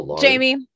Jamie